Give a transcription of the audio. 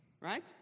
Right